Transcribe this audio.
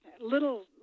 Little